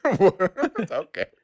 Okay